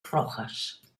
rojas